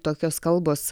tokios kalbos